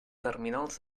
terminals